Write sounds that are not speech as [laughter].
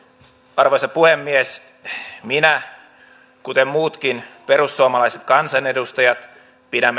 arvoisa puhemies minä kuten muutkin perussuomalaiset kansanedustajat pidän [unintelligible]